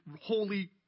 holy